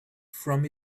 from